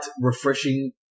refreshing